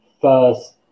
first